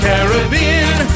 Caribbean